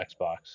Xbox